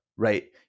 Right